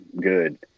good